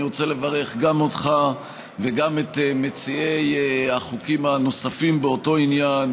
אני רוצה לברך גם אותך וגם את מציעי החוקים הנוספים באותו עניין,